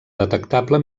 detectable